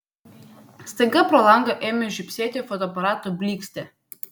staiga pro langą ėmė žybsėti fotoaparato blykstė